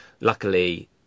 Luckily